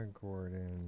Gordon